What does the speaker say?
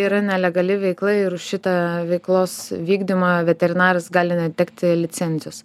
yra nelegali veikla ir už šitą veiklos vykdymą veterinaras gali netekti licencijos